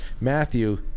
Matthew